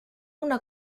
una